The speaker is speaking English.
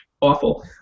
awful